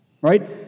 Right